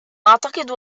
أعتقد